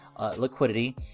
liquidity